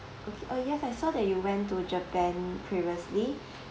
okay oh yes I saw that you went to japan previously